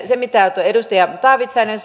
se mitä edustaja taavitsainen